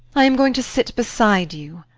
i am going to sit beside you